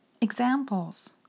Examples